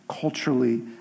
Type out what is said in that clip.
culturally